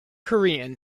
korean